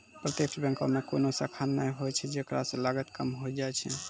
प्रत्यक्ष बैंको मे कोनो शाखा नै होय छै जेकरा से लागत कम होय जाय छै